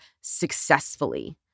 successfully